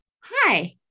Hi